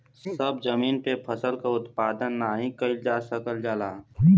सभ जमीन पे फसल क उत्पादन नाही कइल जा सकल जाला